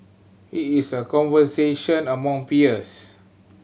it is a conversation among peers